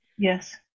Yes